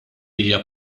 hija